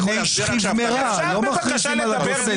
דיני שכיב מרע, לא מכריזים על הגוסס מת.